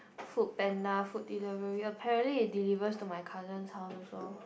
Foodpanda Food Delivery apparently it delivers to my cousin house also